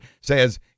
says